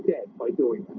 dead by doing